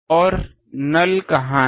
और नल कहां हैं